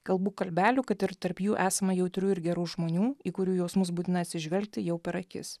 kalbų kalbelių kad ir tarp jų esama jautrių ir gerų žmonių į kurių jausmus būtina atsižvelgti jau per akis